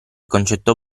concetto